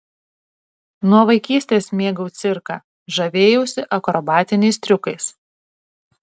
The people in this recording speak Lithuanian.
nuo vaikystės mėgau cirką žavėjausi akrobatiniais triukais